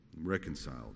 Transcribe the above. reconciled